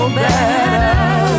better